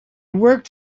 worked